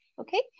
okay